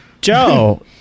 Joe